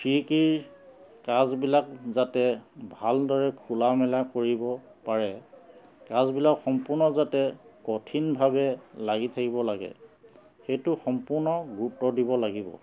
খিৰিকীৰ কাঁচবিলাক যাতে ভালদৰে খোলা মেলা কৰিব পাৰে কাজবিলাক সম্পূৰ্ণ যাতে কঠিনভাৱে লাগি থাকিব লাগে সেইটো সম্পূৰ্ণ গুৰুত্ব দিব লাগিব